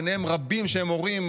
ובהם רבים שהם הורים.